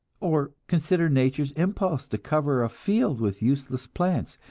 or consider nature's impulse to cover a field with useless plants,